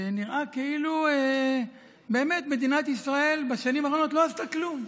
ונראה כאילו באמת מדינת ישראל בשנים האחרונות לא עשתה כלום.